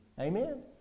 Amen